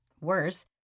Worse